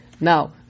Now